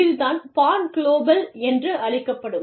இது தான் born global என்று அழைக்கப்படும்